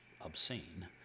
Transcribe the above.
obscene